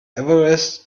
everest